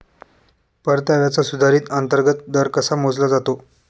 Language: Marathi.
परताव्याचा सुधारित अंतर्गत दर कसा मोजला जातो?